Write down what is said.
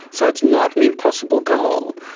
so it's not an impossible goal.